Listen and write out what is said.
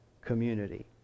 community